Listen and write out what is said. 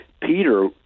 Peter